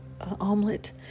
omelet